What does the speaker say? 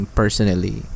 personally